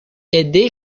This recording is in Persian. عدهای